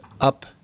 up